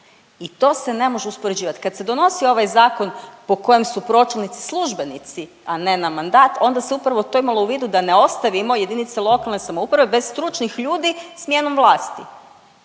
i to se ne može uspoređivati. Kad se donosio ovaj Zakon po kojem su pročelnici službenici, a ne na mandat, onda se upravo to imalo u vidu da ne ostavimo jedinice lokalne samouprave bez stručnih ljudi smjenom vlasti.